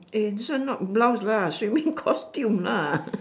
eh this one not blouse lah swimming costume ah